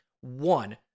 one